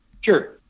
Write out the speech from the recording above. Sure